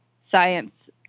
science